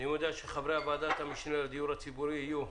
אני מודיע שחברי ועדת המשנה לדיור הציבורי יהיו: